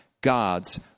God's